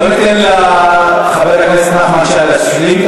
בואו ניתן לחבר הכנסת נחמן שי לסיים,